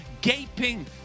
gaping